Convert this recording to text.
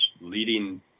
leading